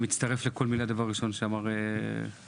אני מצטרף לכל מילה שאמר חברי,